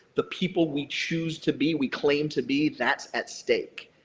the people we choose to be, we claim to be, that's at stake.